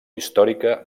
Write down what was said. històrica